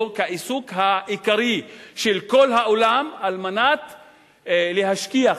לעיסוק העיקרי של כל העולם על מנת להשכיח,